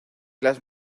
las